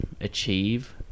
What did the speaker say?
achieve